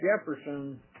Jefferson